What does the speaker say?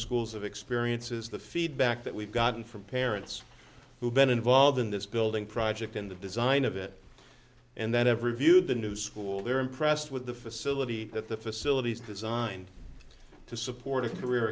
schools have experiences the feedback that we've gotten from parents who've been involved in this building project and the design of it and then every view the new school they're impressed with the facility that the facilities designed to support a career